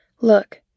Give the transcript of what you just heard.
Look